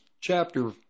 chapter